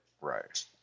Right